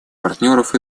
партнеров